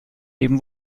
eben